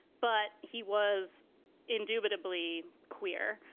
but he was indubitably queer.